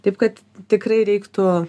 taip kad tikrai reiktų